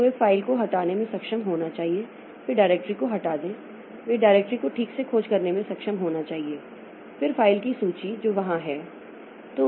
तो वे फ़ाइल को हटाने में सक्षम होना चाहिए फिर डायरेक्टरी को हटा दें वे डायरेक्टरी को ठीक से खोज करने में सक्षम होना चाहिए फिर फ़ाइल की सूची जो वहां है